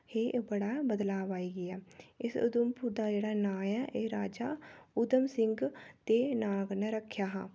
हे ओह् बड़ा बदलाब आई गेआ इस उधमपुर दा जेह्ड़ा नांऽ ऐ एह् राजा उधम सिंह दे नांऽ कन्नै रक्खेआ हा